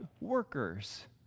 Workers